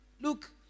Look